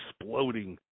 exploding